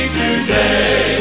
today